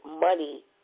money